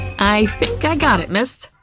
i think i got it, miss.